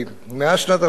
מאז שנת 2005,